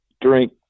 Drink